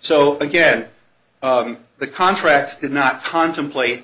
so again the contracts did not contemplate